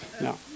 No